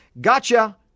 Gotcha